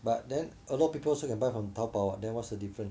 but then a lot of people also can buy from Taobao then what's the difference